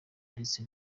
ndetse